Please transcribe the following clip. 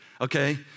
okay